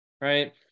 right